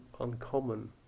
uncommon